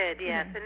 yes